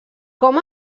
com